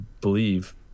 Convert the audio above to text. believe